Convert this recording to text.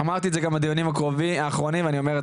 אמרתי את זה גם בדיונים האחרונים ואני אומר את